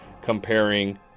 comparing